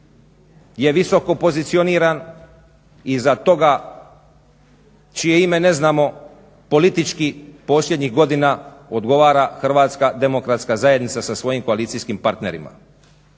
je visoko pozicioniran i iza toga čije ime ne znamo politički posljednjih godina odgovara HDZ sa svojim koalicijskim partnerima.